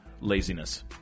laziness